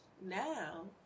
Now